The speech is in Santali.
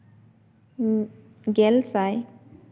ᱜᱮᱞ ᱥᱟᱭ